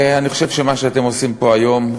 אני חושב שמה שאתם עושים פה היום,